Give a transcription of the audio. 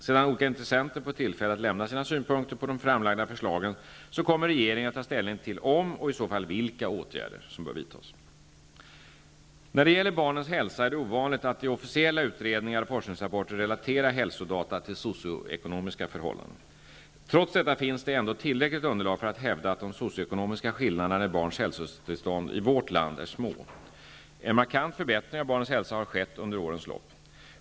Sedan olika intressenter fått tillfälle att lämna sina synpunkter på de framlagda förslagen kommer regeringen att ta ställning till om och i så fall vilka åtgärder som bör vidtas. När det gäller barnens hälsa är det ovanligt att i officiella utredningar och forskningsrapporter relatera hälsodata till socio-ekonomiska förhållanden. Trots detta finns det ändå tillräckligt underlag för att hävda att de socio-ekonomiska skillnaderna i barns hälsotillstånd i vårt land är små. En markant förbättring av barnens hälsa har skett under årens lopp.